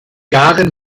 garen